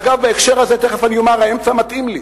אגב, בהקשר הזה תיכף אני אומר שהאמצע מתאים לי.